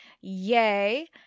Yay